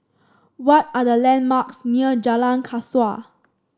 what are the landmarks near Jalan Kasau